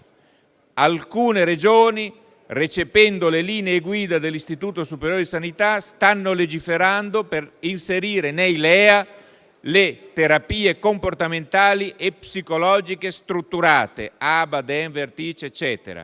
Alcune Regioni - recependo le linee guida dell'Istituto superiore di sanità - stanno legiferando per inserire nei LEA le terapie comportamentali e psicologiche strutturate (Aba, Denver, Teacch),